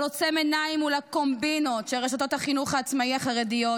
אבל עוצם עיניים מול הקומבינות של רשתות החינוך העצמאי החרדיות,